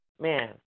Man